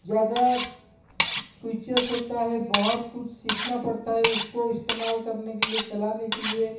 ज़्यादा स्विचेस होता है बहुत कुछ सीखना पड़ता है उसको इस्तेमाल करने के लिए चलाने के लिए